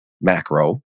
macro